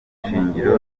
ishingiro